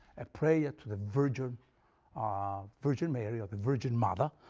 a prayer to the virgin um virgin mary, or the virgin mother,